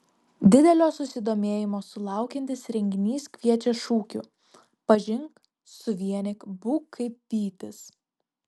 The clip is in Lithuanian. didelio susidomėjimo sulaukiantis renginys kviečia šūkiu pažink suvienyk būk kaip vytis